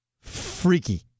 freaky